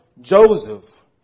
Joseph